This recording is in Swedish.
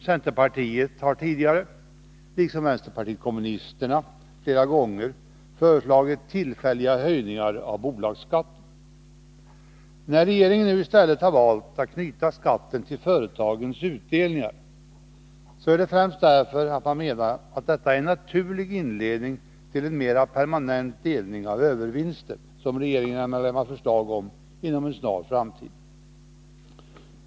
Centerpartiet har tidigare liksom vpk flera gånger föreslagit tillfälliga höjningar av bolagsskatten. När regeringen nu i stället har valt att knyta skatten till företagens utdelningar, är det främst därför att regeringen menar att detta är en naturlig inledning till en mer permanent delning av övervinster som regeringen ämnar lägga förslag om inom en snar framtid.